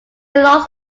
lost